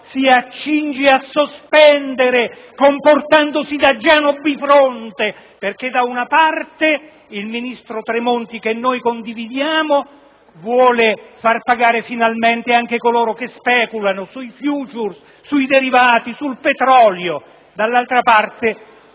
si accinge a sospendere, comportandosi da Giano bifronte, perché da una parte il ministro Tremonti, secondo un principio che condividiamo, vuole finalmente far pagare anche coloro che speculano sui *futures*, sui derivati, sul petrolio, dall'altra parte